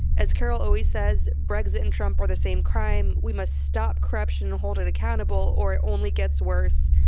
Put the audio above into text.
as carol always says, brexit and trump are the same crime. we must stop corruption, hold it accountable or it only gets worse.